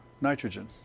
nitrogen